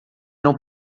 não